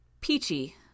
Peachy